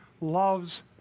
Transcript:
loves